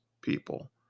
people